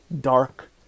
...dark